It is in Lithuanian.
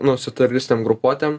nu su teroristinėm grupuotėm